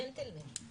30,